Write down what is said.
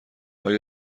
آیا